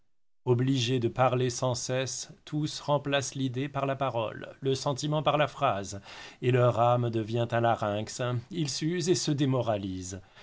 obligés de parler sans cesse tous remplacent l'idée par la parole le sentiment par la phrase et leur âme devient un larynx ils s'usent et se démoralisent